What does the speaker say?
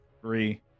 Three